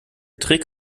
trick